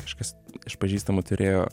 kažkas iš pažįstamų turėjo